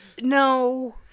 No